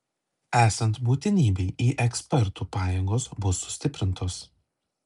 esant būtinybei į ekspertų pajėgos bus sustiprintos